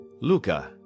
Luca